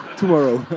tomorrow.